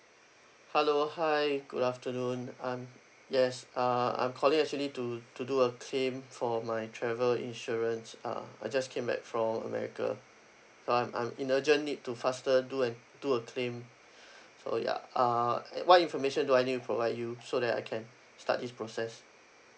hello hi good afternoon I'm yes uh I'm calling actually to to do a claim for my travel insurance uh I just came back from america so I'm I'm in urgent need to faster do and do a claim so ya uh eh what information do I need to provide you so that I can start this process